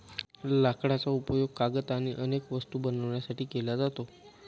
लाकडाचा उपयोग कागद आणि अनेक वस्तू बनवण्यासाठी केला जातो